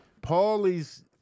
Paulie's